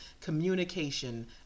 communication